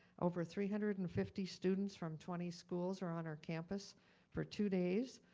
over three hundred and fifty students from twenty schools are on our campus for two days.